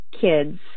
kids